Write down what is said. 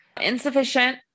Insufficient